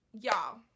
y'all